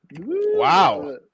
wow